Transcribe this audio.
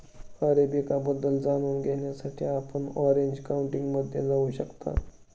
arabica बद्दल जाणून घेण्यासाठी आपण ऑरेंज काउंटीमध्ये जाऊ शकता